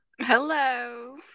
Hello